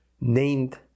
named